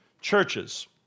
churches